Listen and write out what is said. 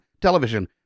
television